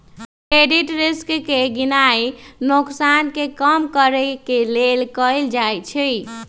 credit risk के गीणनाइ नोकसान के कम करेके लेल कएल जाइ छइ